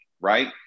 right